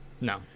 No